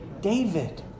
David